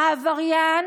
העבריין.